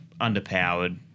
underpowered